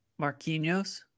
Marquinhos